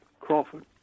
Crawford